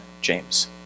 James